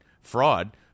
fraud